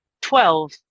twelve